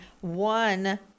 one